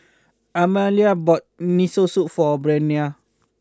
Amalia bought Miso Soup for Breonna